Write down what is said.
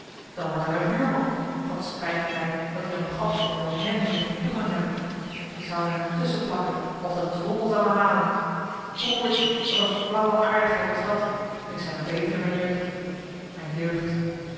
dan wordt hij mijn buurman wat spijt het mij dat jan gat en jan hen hier geen toegang hebben ik zou er hem tusschen plakken of de drommel zou mij halen broertje wat een flaauwe aardigheid was dat ik zeî er beter in mijn jeugd mijn jeugd